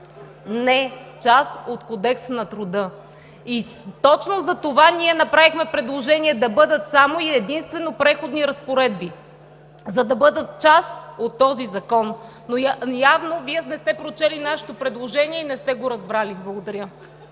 Не – част от Кодекса на труда. Точно затова ние направихме предложение да бъдат само и единствено Преходни разпоредби, за да бъдат част от този закон. Явно Вие не сте прочели нашето предложение и не сте го разбрали. Благодаря.